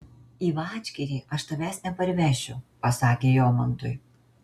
į vadžgirį aš tavęs neparvešiu pasakė jomantui